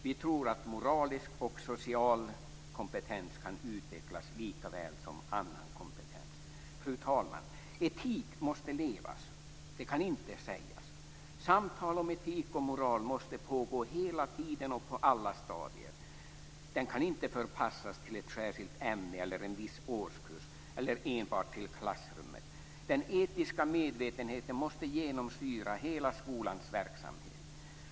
Vi tror att moralisk och social kompetens kan utvecklas likaväl som annan kompetens. Fru talman! Etik måste levas, det kan inte sägas. Samtal om etik och moral måste pågå hela tiden och på alla stadier. De kan inte förpassas till ett särskilt ämne, en viss årskurs eller enbart till klassrummet. Den etiska medvetenheten måste genomsyra hela skolans verksamhet.